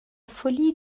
folie